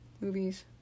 movies